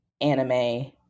anime